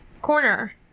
Corner